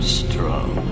strong